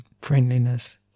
friendliness